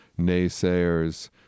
naysayers